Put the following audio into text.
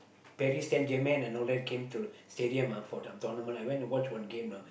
and all that came to stadium ah for the tournament I went to watch one game lah